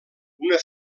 una